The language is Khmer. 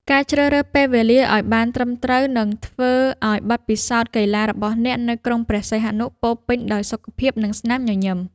ការជ្រើសរើសពេលវេលាឱ្យបានត្រឹមត្រូវនឹងធ្វើឱ្យបទពិសោធន៍កីឡារបស់អ្នកនៅក្រុងព្រះសីហនុពោរពេញដោយសុខភាព និងស្នាមញញឹម។